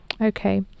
okay